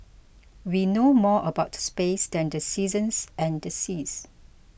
we know more about space than the seasons and the seas